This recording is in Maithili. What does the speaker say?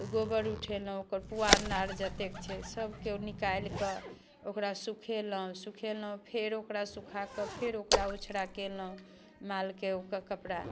तऽ गोबर उठेलहुँ ओकर पुआर नार जतेक छै सबके निकालिके ओकरा सुखेलहुँ सुखेलहुँ फेर ओकरा सुखाके फेर ओकरा ओछरा केलहुँ मालके ओकर कपड़ा